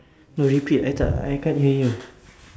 no repeat I tak I can't hear you